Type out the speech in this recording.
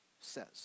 says